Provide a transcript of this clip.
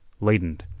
ladened.